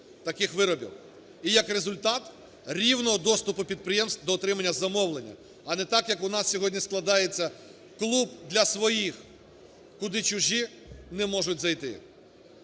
І як результат рівного доступу підприємств до отримання замовлення, а не так, як у нас сьогодні складається: клуб для своїх, куди чужі не можуть зайти.